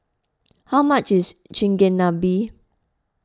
how much is Chigenabe